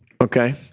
Okay